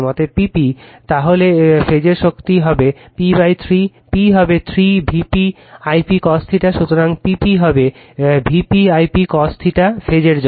অতএব P p তাহলে ফেজের শক্তি হবে p3 p হবে 3 Vp I p cos θ সুতরাং P p হবে Vp I p cos θ ফেজের জন্য